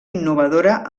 innovadora